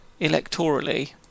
electorally